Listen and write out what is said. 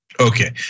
Okay